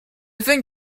think